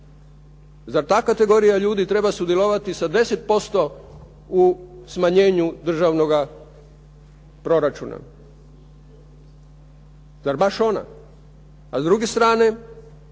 Zar ta kategorija ljudi treba sudjelovati sa 10% u smanjenju državnoga proračuna? Zar baš ona.